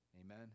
Amen